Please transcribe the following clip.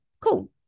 cool